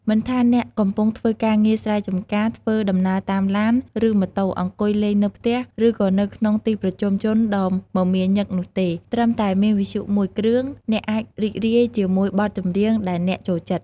មិនថាអ្នកកំពុងធ្វើការងារស្រែចម្ការ ធ្វើដំណើរតាមឡាន ឬម៉ូតូ អង្គុយលេងនៅផ្ទះ ឬក៏នៅក្នុងទីប្រជុំជនដ៏មមាញឹកនោះទេ ត្រឹមតែមានវិទ្យុមួយគ្រឿង អ្នកអាចរីករាយជាមួយបទចម្រៀងដែលអ្នកចូលចិត្ត។